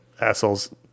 assholes